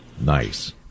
Nice